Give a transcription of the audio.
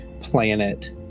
planet